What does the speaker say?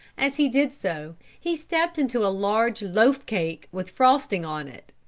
as he did so, he stepped into a large loaf cake with frosting on it.